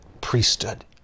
priesthood